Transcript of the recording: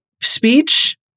speech